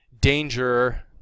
danger